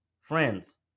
friends